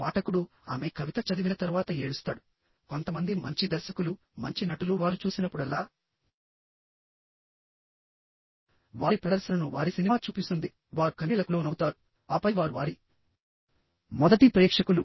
పాఠకుడు ఆమె కవిత చదివిన తరువాత ఏడుస్తాడు కొంతమంది మంచి దర్శకులు మంచి నటులు వారు చూసినప్పుడల్లా వారి ప్రదర్శనను వారి సినిమా చూపిస్తుంది వారు కన్నీళ్లకు లోనవుతారు ఆపై వారు వారి మొదటి ప్రేక్షకులు